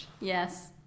Yes